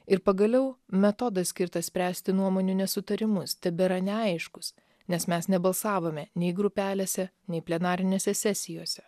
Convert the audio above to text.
ir pagaliau metodas skirtas spręsti nuomonių nesutarimus tebėra neaiškus nes mes nebalsavome nei grupelėse nei plenarinėse sesijose